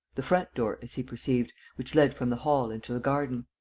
the front-door, as he perceived, which led from the hall into the garden.